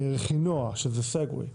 רכינוע שזה סגווי,